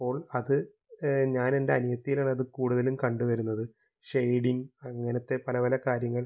അപ്പോൾ അത് ഞാനെൻ്റനിയത്തിയിലാണത് കൂടുതലും കണ്ട് വരുന്നത് ഷെയ്ഡിങ് അങ്ങനത്തെ പല പല കാര്യങ്ങൾ